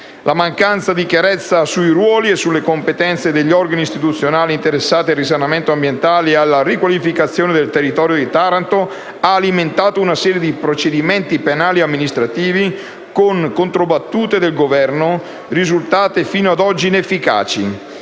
La mancanza di chiarezza sui ruoli e sulle competenze degli organi istituzionali interessati al risanamento ambientale e alla riqualificazione del territorio di Taranto ha alimentato una serie di procedimenti penali e amministrativi con controbattute del Governo risultate fino ad oggi inefficaci,